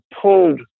pulled